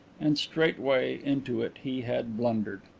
and straightway into it he had blundered!